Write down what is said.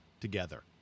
together